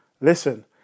Listen